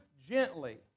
gently